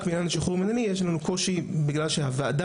רק בעניין השחרור המינהלי יש לנו קושי בגלל שהוועדה